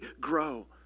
grow